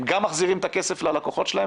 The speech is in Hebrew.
הם גם מחזירים את הכסף ללקוחות שלהם